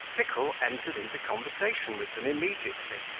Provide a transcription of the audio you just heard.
pickle entered into conversation with them immediately,